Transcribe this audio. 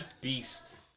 Beast